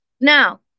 Now